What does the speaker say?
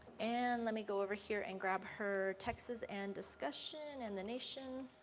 and let me go over here and grab her texas and discussion and the nation